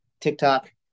TikTok